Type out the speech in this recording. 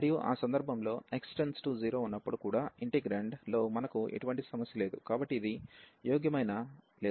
మరియు ఆ సందర్భంలో x0ఉన్నప్పుడు కూడా ఇంటిగ్రేండ్ లో మనకు ఎటువంటి సమస్య లేదు కాబట్టి ఇది ప్రాపర్ ఇంటిగ్రల్ అవుతుంది